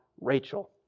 Rachel